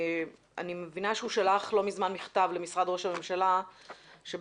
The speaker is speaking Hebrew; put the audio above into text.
אני מבינה שהוא שלח לא מזמן מכתב למשרד ראש הממשלה שבעצם